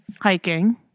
hiking